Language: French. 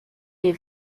les